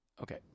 Okay